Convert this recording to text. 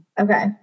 Okay